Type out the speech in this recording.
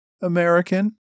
American